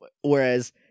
whereas